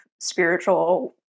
spiritual